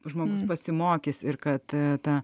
žmogus pasimokys ir kad ta